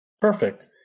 perfect